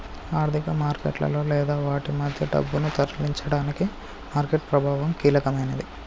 ఆర్థిక మార్కెట్లలో లేదా వాటి మధ్య డబ్బును తరలించడానికి మార్కెట్ ప్రభావం కీలకమైనది